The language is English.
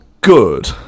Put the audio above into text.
good